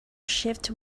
shipped